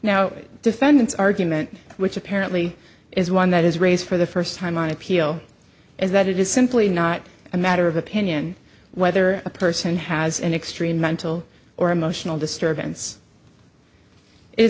now defendant's argument which apparently is one that is raised for the first time on appeal is that it is simply not a matter of opinion whether a person has an extreme mental or emotional disturbance is